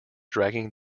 dragging